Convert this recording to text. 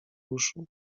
uszu